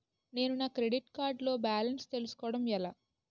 నేను నా credit card లో బాలన్స్ తెలుసుకోవడం ఎలా?